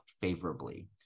favorably